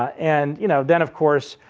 and you know then of course,